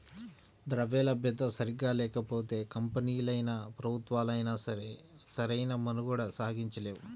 ద్రవ్యలభ్యత సరిగ్గా లేకపోతే కంపెనీలైనా, ప్రభుత్వాలైనా సరే సరైన మనుగడ సాగించలేవు